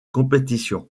compétition